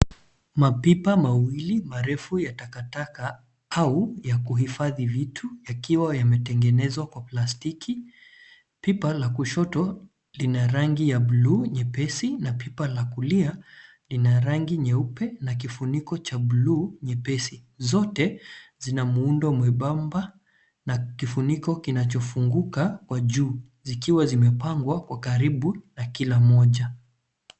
Mapipa mawili marefu ya takataka au ya kuhifadhi vitu yakiwa yametengenezwa kwa plastiki. Pipa la kushoto lina rangi ya buluu nyepesi na pipa la kulia lina rangi nyeupe na kifuniko cha buluu nyepesi. Zote zina muundo mwebamba na kifuniko kinachofunguka kwa juu zikiwa zimepangwa kwa karibu na kila moja.